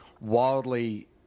wildly